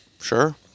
Sure